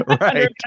Right